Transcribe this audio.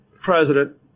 president